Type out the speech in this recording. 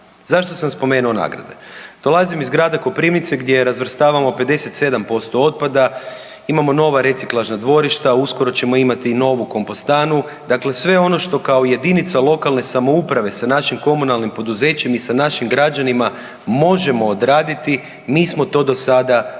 Zašto sam spomenuo nagrade? Dolazim iz grada Koprivnice gdje razvrstavamo 57% otpada, imamo nova reciklažna dvorišta, uskoro ćemo imati i novu kompostanu, dakle sve ono što kao jedinica lokalne samouprave sa našim komunalnim poduzećem i sa našim građanima možemo odraditi mi smo to do sada već odradili.